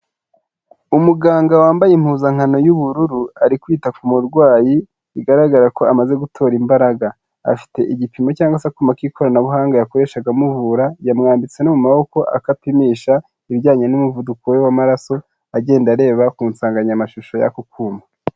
Umuganga wambaye impuzankano y'ubururu ari kwita ku murwayi bigaragara ko amaze gutora imbaraga, afite igipimo cyangwa se akuma k'ikoranabuhanga yakoreshaga amuvura, yamwambitse no mu maboko akapimisha ibijyanye n'umuvuduko we w'amaraso, agenda areba ku nsanganyamashusho y'ako kuma.